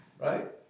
Right